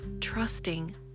trusting